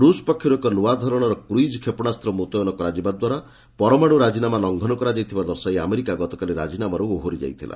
ରୁଷ ପକ୍ଷରୁ ଏକ ନୂଆ ଧରଣର କୁଇଜ୍ କ୍ଷେପଶାସ୍ତ ମୁତୟନ କରାଯିବା ଦ୍ୱାରା ପରମାଣୁ ରାଜିନାମା ଲଙ୍ଘନ କରାଯାଇଥିବା ଦର୍ଶାଇ ଆମେରିକା ଗତକାଲି ରାଜିନାମାରୁ ଓହରି ଯାଇଥିଲା